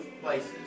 places